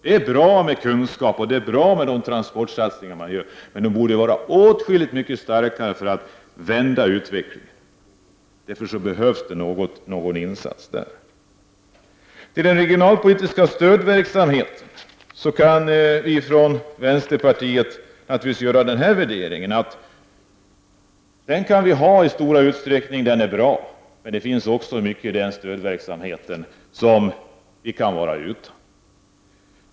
Det är bra med kunskap och det är bra med de transportsatsningar som görs, men det borde göras åtskilligt mer, om utvecklingen skall kunna vändas. I fråga om den regionala stödverksamheten kan vi från vänsterpartiet naturligtvis göra värderingen att den i stor utsträckning är bra men att det också finns mycket i den verksamheten som vi kan vara utan.